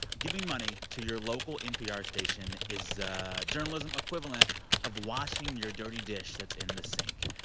giving money to your local npr station is journalism equivalent of washing your dirty dish that's in the sink.